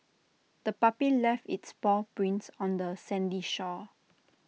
the puppy left its paw prints on the sandy shore